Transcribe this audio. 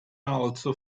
also